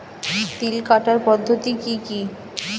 তিল কাটার পদ্ধতি কি কি?